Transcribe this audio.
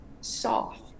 soft